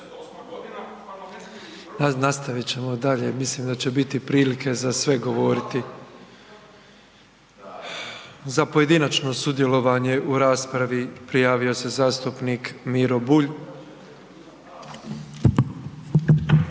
Nastavit ćemo dalje, mislim da će biti prilike za sve govoriti. Za pojedinačno sudjelovanje u raspravi prijavio se zastupnik Miro Bulj.